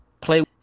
play